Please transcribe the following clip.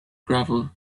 gravel